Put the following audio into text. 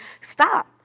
stop